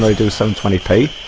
like do some twenty pain